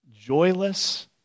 joyless